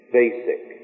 basic